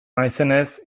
naizenez